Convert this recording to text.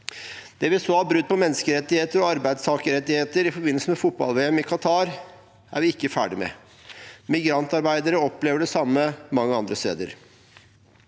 Det vi så av brudd på menneskerettigheter og arbeidstakerrettigheter i forbindelse med fotball-VM i Qatar, er vi ikke ferdig med. Migrantarbeidere opplever det samme mange andre steder.